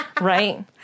Right